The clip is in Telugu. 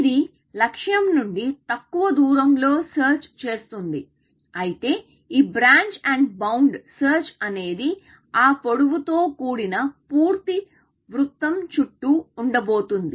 ఇది లక్ష్యం నుండి తక్కువ దూరంలో సెర్చ్ చేస్తుంది అయితే ఈ బ్రాంచ్ అండ్ బౌండ్ సెర్చ్ అనేది ఆ పొడవు తో కూడిన పూర్తి వృత్తం చుట్టూ ఉండబోతుంది